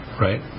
right